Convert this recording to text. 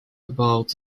about